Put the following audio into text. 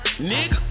nigga